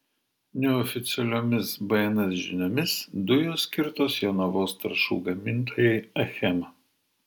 neoficialiomis bns žiniomis dujos skirtos jonavos trąšų gamintojai achema